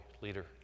leader